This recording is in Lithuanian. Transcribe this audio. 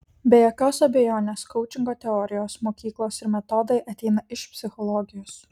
be jokios abejonės koučingo teorijos mokyklos ir metodai ateina iš psichologijos